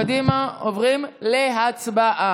קדימה, עוברים להצבעה.